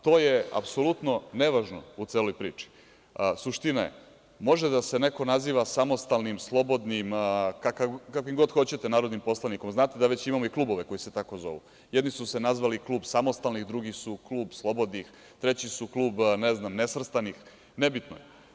To je apsolutno nevažno u celoj priči, a suština je, može da se neko naziva samostalnim, slobodnim, kakvim god hoćete narodnim poslanikom, znate da već imamo i klubove koji se tako zovu, jedni su se nazvali klub samostalnih, drugi je klub slobodnih, treći je, ne znam, klub nesvrstanih, nebitno je.